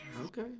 okay